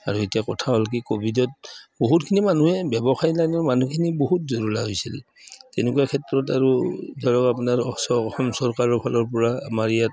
আৰু এতিয়া কথা হ'ল কি ক'ভিডত বহুতখিনি মানুহে ব্যৱসায় লাইনৰ মানুহখিনি বহুত জুৰুলা হৈছিল তেনেকুৱা ক্ষেত্ৰত আৰু ধৰক আপোনাৰ অসম চৰকাৰৰ ফালৰ পৰা আমাৰ ইয়াত